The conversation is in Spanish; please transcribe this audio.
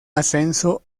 ascenso